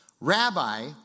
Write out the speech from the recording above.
Rabbi